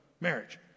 Marriage